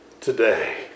today